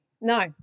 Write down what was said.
No